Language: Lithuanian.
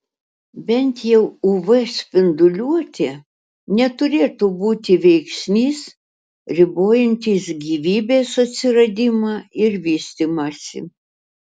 bent jau uv spinduliuotė neturėtų būti veiksnys ribojantis gyvybės atsiradimą ir vystymąsi